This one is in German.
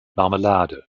marmelade